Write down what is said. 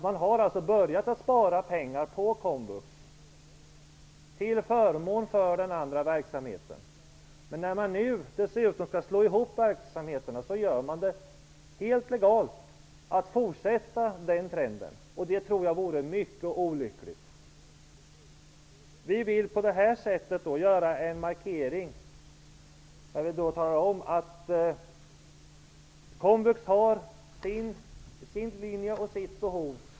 Man har börjat spara pengar på komvux till förmån för den andra verksamheten. Men när man nu skall slå ihop verksamheterna gör man det helt legalt att fortsätta med den trenden. Det tror jag vore mycket olyckligt. På det här sättet vill vi göra en markering där vi talar om att komvux har sin linje och sitt behov.